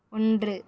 ஒன்று